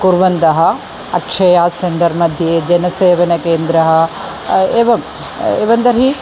कुर्वन्तः अक्षया सेण्डर्मध्ये जनसेवाकेन्द्रम् एवम् एवं तर्हि